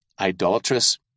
idolatrous